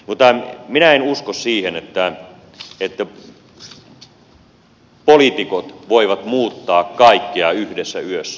mutta minä en usko siihen että poliitikot voivat muuttaa kaikkea yhdessä yössä